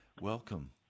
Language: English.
Welcome